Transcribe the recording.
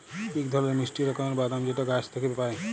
ইক ধরলের মিষ্টি রকমের বাদাম যেট গাহাচ থ্যাইকে পায়